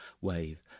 wave